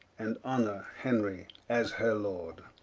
and honor henry as her lord